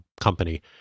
company